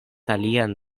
alian